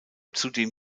zudem